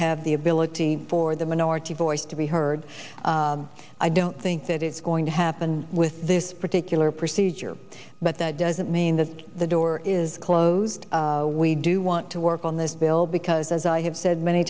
have the ability for the minority voice to be heard i don't think that it's going to happen with this particular procedure but that doesn't mean that the door is closed we do want to work on this bill because as i have said many